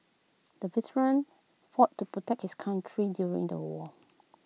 the veteran fought to protect his country during the war